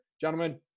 Gentlemen